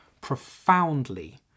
profoundly